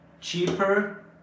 cheaper